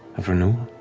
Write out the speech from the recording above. of renewal?